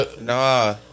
Nah